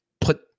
put